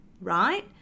right